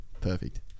perfect